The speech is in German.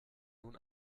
nun